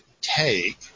take